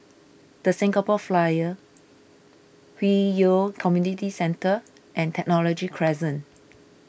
the Singapore Flyer Hwi Yoh Community Centre and Technology Crescent